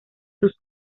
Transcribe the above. sus